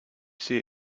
see